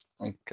Okay